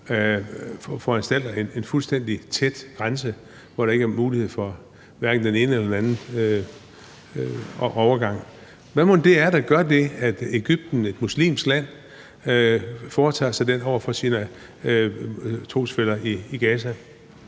foranstalter en fuldstændig tæt lukket grænse, hvor der hverken er mulighed for den ene eller den anden overgang? Hvad mon det er, der gør, at Egypten, som er et muslimsk land, foretager sig det over for deres trosfæller i Gaza?